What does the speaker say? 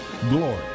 glory